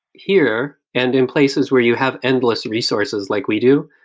here and in places where you have endless resources like we do,